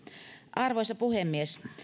arvoisa puhemies